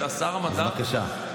אז בבקשה.